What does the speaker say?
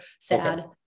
sad